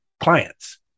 clients